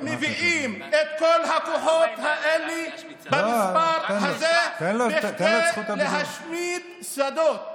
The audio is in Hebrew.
הם מביאים את כל הכוחות האלה במספר הזה להשמיד שדות.